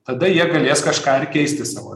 tada jie galės kažką ir keisti savo